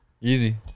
Easy